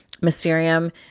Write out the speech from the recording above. Mysterium